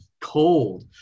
cold